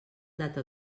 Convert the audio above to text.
data